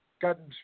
gotten